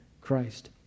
Christ